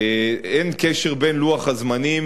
אין קשר בין לוח הזמנים